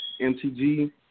MTG